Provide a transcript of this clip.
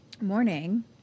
morning